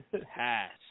Pass